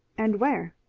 and where?